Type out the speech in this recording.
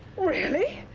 really!